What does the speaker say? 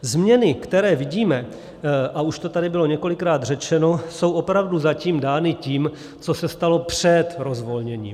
Změny, které vidíme, a už to tady bylo několikrát řečeno, jsou opravdu zatím dány tím, co se stalo před rozvolněním.